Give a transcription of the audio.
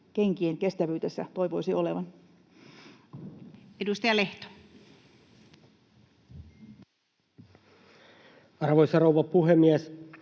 kenkien kestävyydessä. Edustaja Lehto. Arvoisa rouva puhemies!